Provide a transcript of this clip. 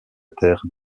terre